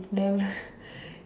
lamb